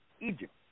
Egypt